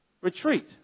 retreat